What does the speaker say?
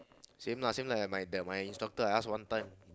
same lah same lah my that my instructor I ask one time